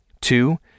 Two